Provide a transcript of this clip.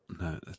No